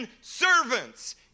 servants